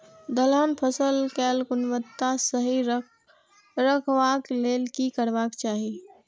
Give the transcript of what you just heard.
दलहन फसल केय गुणवत्ता सही रखवाक लेल की करबाक चाहि?